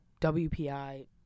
WPI